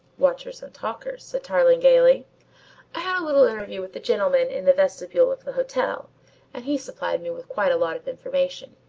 watchers and talkers, said tarling gaily. i had a little interview with the gentleman in the vestibule of the hotel and he supplied me with quite a lot of information.